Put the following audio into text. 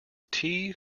tea